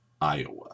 Iowa